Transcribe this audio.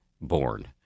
born